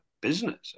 business